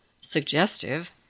suggestive